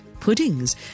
Puddings